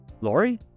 Lori